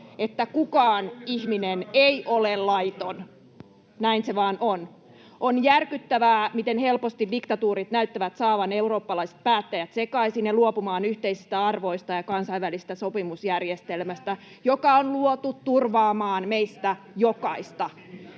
että kukaan ihminen ei ole laiton. Näin se vain on. On järkyttävää, miten helposti diktatuurit näyttävät saavan eurooppalaiset päättäjät sekaisin ja luopumaan yhteisistä arvoista ja kansainvälisestä sopimusjärjestelmästä, joka on luotu turvaamaan meistä jokaista.